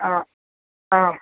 অ অ